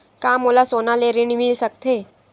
का मोला सोना ले ऋण मिल सकथे?